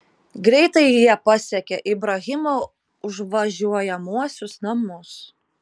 greitai jie pasiekė ibrahimo užvažiuojamuosius namus